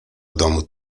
domu